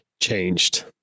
changed